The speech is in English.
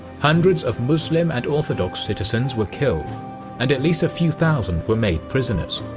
hundreds of muslim and orthodox citizens were killed and at least a few thousand were made prisoners.